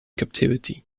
captivity